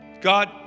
God